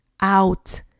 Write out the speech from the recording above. out